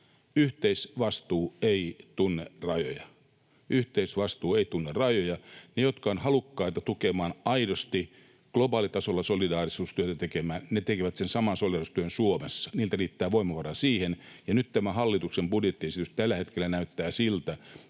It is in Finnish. Yhteisvastuu ei tunne rajoja. Ne, jotka ovat halukkaita aidosti globaalitasolla solidaarisuustyötä tekemään, tekevät sen saman solidaarisuustyön Suomessa. Niillä riittävät voimavarat siihen. Nyt tämä hallituksen budjettiesitys tällä hetkellä näyttää siltä,